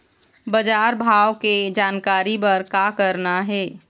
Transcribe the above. बजार भाव के जानकारी बर का करना हे?